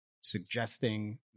suggesting